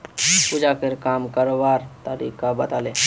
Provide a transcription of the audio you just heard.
पूजाकरे काम करवार तरीका बताले